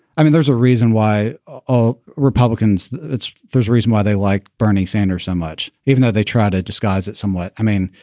i mean, there's a reason why. oh, republicans. there's a reason why they like bernie sanders so much, even though they try to disguise it somewhat. i mean,